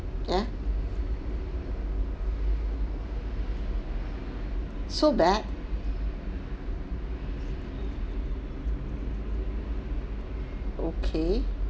yeah so bad okay